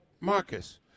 Marcus